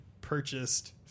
purchased